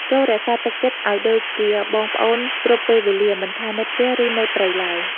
ចូររក្សាទឹកចិត្តឱ្យដូចជាបងប្អូនគ្រប់ពេលវេលា មិនថានៅផ្ទះ ឬនៅព្រៃឡើយ។